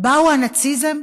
בא הנאציזם